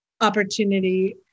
opportunity